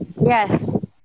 Yes